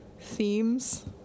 themes